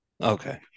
Okay